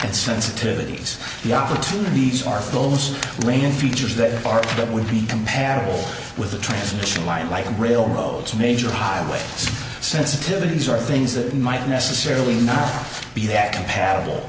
and sensitivities the opportunities are those main features that are that would be compatible with the transmission line like a real roads major highway sensitivities or things that might necessarily enough be that compatible